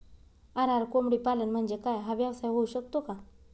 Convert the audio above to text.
RR कोंबडीपालन म्हणजे काय? हा व्यवसाय होऊ शकतो का?